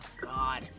God